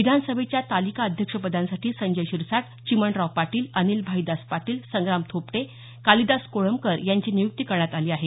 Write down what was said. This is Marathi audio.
विधानसभेच्या तालिका अध्यक्षपदांसाठी संजय शिरसाट चिमणराव पाटील अनिल भाईदास पाटील संग्राम थोपटे कालिदास कोळंबकर यांची नियुक्ती करण्यात आली आहे